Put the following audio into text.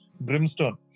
brimstone